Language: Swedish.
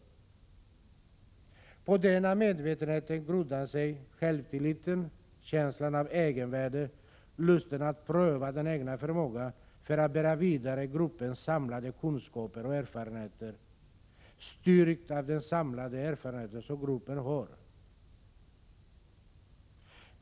På denna medvetenhet grundar sig självtilliten, känslan av egenvärde, lusten att pröva den egna förmågan för att bära vidare gruppens samlade kunskaper och erfarenheter, styrkt av den samlade erfarenhet som gruppen har.